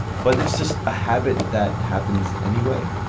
but it's just a habit that happens anyway.